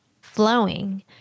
flowing